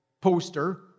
poster